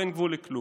אין גבול לכלום.